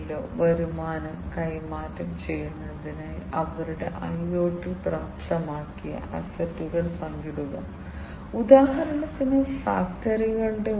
പിഎൽസിയിൽ ഈ ലൂപ്പ് വളരെ പ്രധാനമാണ് അവർ തുടർച്ചയായി അവർ നിർവ്വഹിക്കാൻ രൂപകൽപ്പന ചെയ്തിരിക്കുന്നതെന്തും തുടർച്ചയായി ചെയ്യാൻ അവർ സ്റ്റഫ് ചെയ്തുകൊണ്ടിരിക്കുന്നു